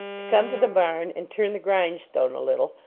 to come to the barn and turn the grindstone a little,